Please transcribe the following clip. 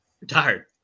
retired